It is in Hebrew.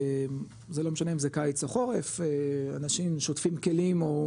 וזה לא משנה אם זה קיץ או חורף אנשים שוטפים כלים או